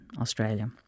Australia